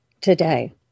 today